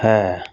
ਹੈ